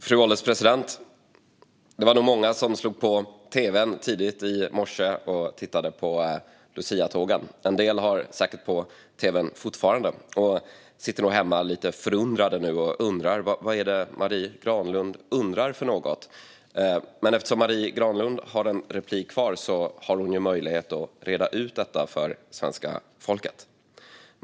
Fru ålderspresident! Det var nog många som slog på tv:n tidigt i morse och tittade på luciatågen. En del har säkert tv:n på fortfarande och sitter nu hemma lite förundrade över vad det är Marie Granlund undrar över. Men eftersom Marie Granlund har en replik kvar har hon möjlighet att reda ut detta för svenska folket.